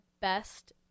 best